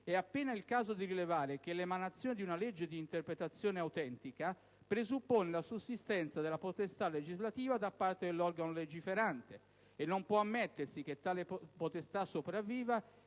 "È appena il caso di rilevare, infatti, che l'emanazione di una legge di interpretazione autentica presuppone la sussistenza della potestà legislativa da parte dell'organo legiferante, e che non può ammettersi che tale potestà sopravviva